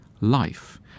Life